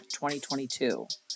2022